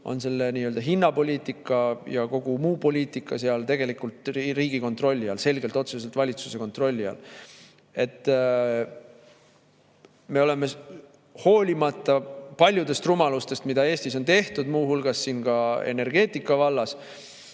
on see nii-öelda hinnapoliitika ja kogu muu poliitika seal tegelikult riigi kontrolli all, selgelt otse valitsuse kontrolli all. Me oleme hoolimata paljudest rumalustest, mida Eestis on tehtud, muu hulgas ka energeetika vallas,